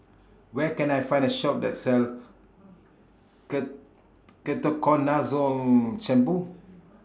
Where Can I Find A Shop that sells Ketoconazole Shampoo